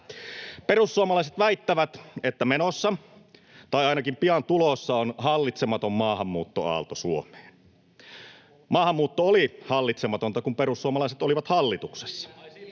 Perussuomalaiset väittävät, että menossa — tai ainakin pian tulossa — on hallitsematon maahanmuuttoaalto Suomeen. Maahanmuutto oli hallitsematonta, kun perussuomalaiset olivat hallituksessa.